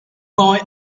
boy